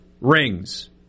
rings